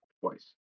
twice